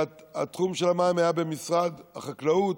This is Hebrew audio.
והתחום של המים היה במשרד החקלאות,